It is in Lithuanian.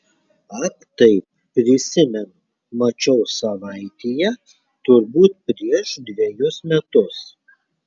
ak taip prisimenu mačiau savaitėje turbūt prieš dvejus metus